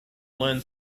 learn